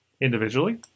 Individually